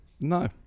No